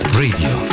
radio